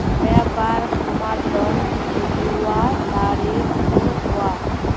व्यापार हमार लोन भेजुआ तारीख को हुआ?